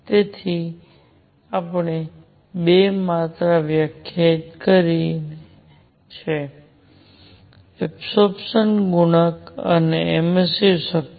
તેથી આપણે 2 માત્રા વ્યાખ્યા કરી છે એબસોરપ્સન ગુણક અને એમિસ્સીવ શક્તિ